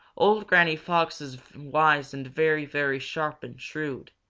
old granny fox is wise and very, very sharp and shrewd.